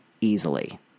easily